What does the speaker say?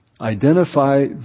Identify